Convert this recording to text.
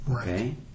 Okay